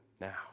now